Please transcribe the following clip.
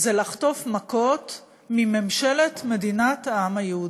זה לחטוף מכות מממשלת מדינת העם היהודי.